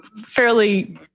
fairly